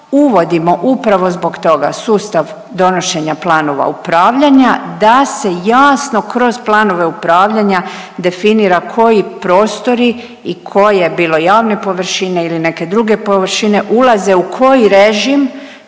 uvodimo upravo zbog toga sustav donošenja planova upravljanja da se jasno kroz planove upravljanja definira koji prostori i koje bilo javne površine ili neke druge površine ulaze u koji režim,